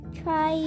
try